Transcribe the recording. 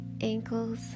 ankles